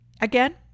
Again